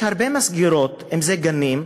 יש הרבה מסגרות, אם גנים,